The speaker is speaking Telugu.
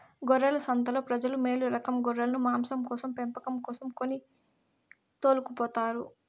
గొర్రెల సంతలో ప్రజలు మేలురకం గొర్రెలను మాంసం కోసం పెంపకం కోసం కొని తోలుకుపోతారు